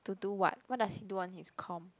to do what what does he do on his com